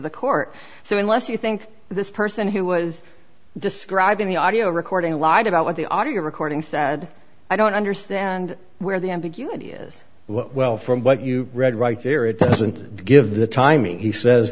the court so unless you think this person who was described in the audio recording lied about what the audio recording said i don't understand where the ambiguity is what well from what you read right there it doesn't give the timing he says